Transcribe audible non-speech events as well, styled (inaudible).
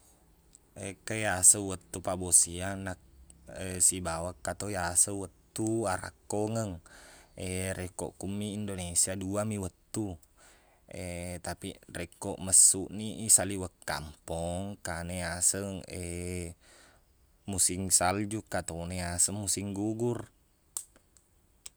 Ekka yaseng wettu pabbosiang nak- sibawa ekka to iyaseng wettu arakkongeng (hesitation) rekko kummi indonesia duami wettu (hesitation) tapiq rekko messuni isaliweng kampong kana yaseng (hesitation) musing salju engka tona yaseng musing gugur